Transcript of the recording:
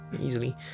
easily